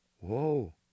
whoa